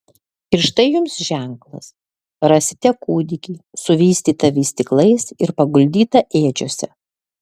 ir štai jums ženklas rasite kūdikį suvystytą vystyklais ir paguldytą ėdžiose